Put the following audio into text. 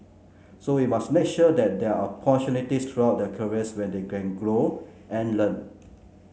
so we must make sure that there are opportunities throughout their careers when they can grow and learn